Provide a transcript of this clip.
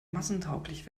massentauglich